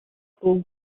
school